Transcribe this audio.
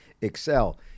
excel